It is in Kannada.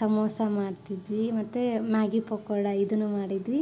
ಸಮೋಸ ಮಾಡ್ತಿದ್ವಿ ಮತ್ತು ಮ್ಯಾಗಿ ಪಕೋಡ ಇದನ್ನೂ ಮಾಡಿದ್ವಿ